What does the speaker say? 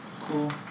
Cool